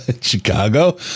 Chicago